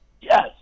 Yes